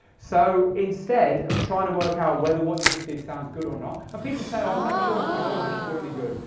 so instead of trying to work out whether what you just did sounds good or not and people say oh i'm not sure if my transitions are any good,